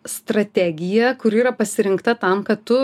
strategija kuri yra pasirinkta tam kad tu